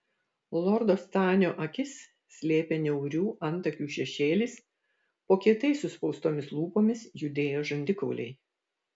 lordo stanio akis slėpė niaurių antakių šešėlis po kietai suspaustomis lūpomis judėjo žandikauliai